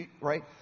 right